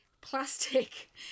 plastic